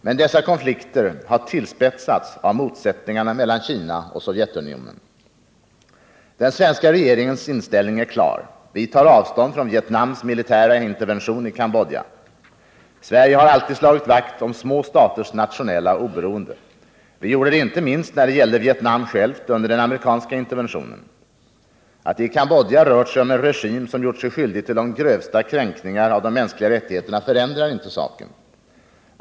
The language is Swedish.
Men dessa konflikter har tillspetsats av motsättningarna mellan Kina och Sovjetunionen. Den svenska regeringens inställning är klar. Vi tar avstånd från Vietnams militära intervention i Cambodja. Sverige har alltid slagit vakt om små staters nationella oberoende. Vi gjorde det inte minst när det gällde Vietnam självt under den amerikanska interventionen. Att det i Cambodja rört sig om en regim, som gjort sig skyldig till de grövsta kränkningar av de mänskliga rättigheterna, förändrar inte saken.